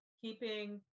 keeping